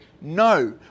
no